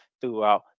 throughout